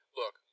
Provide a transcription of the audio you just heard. look